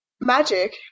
Magic